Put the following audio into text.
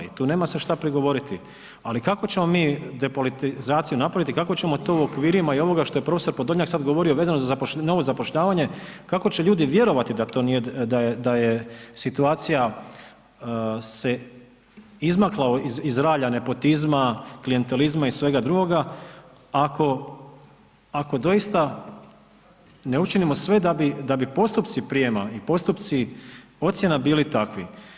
I tu nema se šta prigovoriti ali kako ćemo mi depolitizaciju napraviti, kako ćemo to u okvirima i ovoga što je prof. Podolnjak sad govorio vezano za novo zapošljavanje, kako će ljudi vjerovati da to nije, da je situacija se izmakla iz ralja nepotizma, klijentelizma i svega drugoga, ako, ako doista ne učinimo sve da bi postupci prijama i postupci ocjena bili takvi.